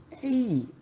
hey